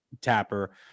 Tapper